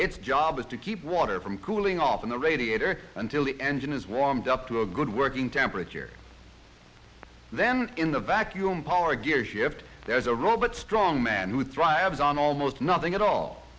its job is to keep water from cooling off in the radiator until the engine is warmed up to a good working temperature then in the vacuum power gearshift there is a robot strongman who drives on almost nothing at all